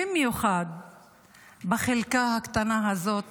במיוחד בחלקה הקטנה הזאת